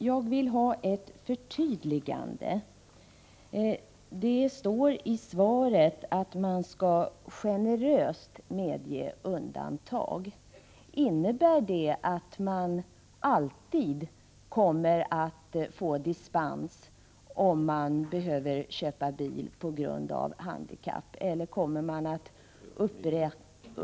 Jag vill ha ett förtydligande av en mening i svaret, där det står att kommerskollegium skall ”generöst medge undantag”. Innebär det att den som behöver köpa bil på grund av handikapp alltid kommer att få dispens?